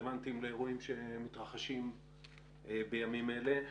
שניהם מאוד מאוד רלוונטיים לאירועים שמתרחשים בימים אלה.